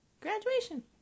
graduation